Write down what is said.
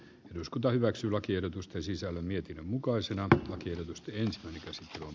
eduskunta hyväksyi lakiehdotusten sisällön mietinnön mukaisena lakiehdotusta jos hätiin tulee